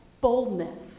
boldness